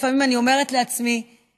לפעמים אני אומרת לעצמי,